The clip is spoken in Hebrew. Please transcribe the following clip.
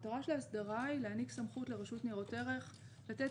המטרה של ההסדרה היא להעניק סמכות לרשות לניירות ערך לתת